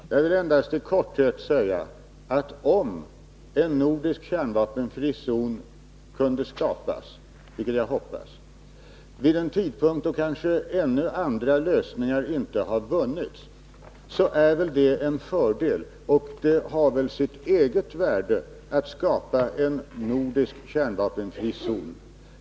Herr talman! Jag vill endast i korthet säga att om en nordisk kärnvapenfri zon kunde skapas, vilket jag hoppas, vid en tidpunkt då kanske andra lösningar ännu inte har åstadkommits är det en fördel, och det har väl sitt eget värde att skapa en nordisk kärnvapenfri zon.